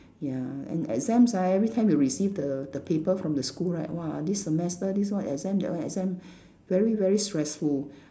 ya and exams right every time you receive the the paper from the school right !wah! this semester this one exam that one exam very very stressful